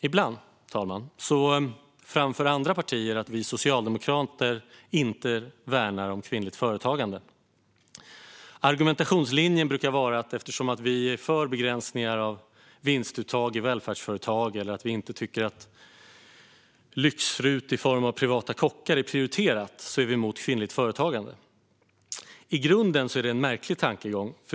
Ibland, fru talman, framför andra partiet att vi socialdemokrater inte värnar kvinnligt företagande. Argumentationslinjen brukar vara att eftersom vi är för begränsningar av vinstuttag i välfärdsföretag och inte tycker att lyx-RUT i form av privata kockar är prioriterat är vi emot kvinnligt företagande. I grunden är det en märklig tankegång.